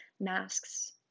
masks